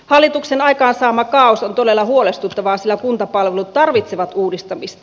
hallituksen aikaansaama kaaos on todella huolestuttavaa sillä kuntapalvelut tarvitsevat uudistamista